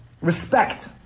respect